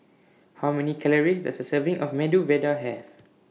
How Many Calories Does A Serving of Medu Vada Have